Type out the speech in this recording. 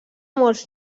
molts